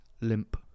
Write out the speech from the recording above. Limp